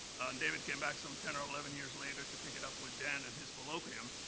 david came back some ten or eleven years later to pick it up with dan and his colloquium.